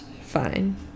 fine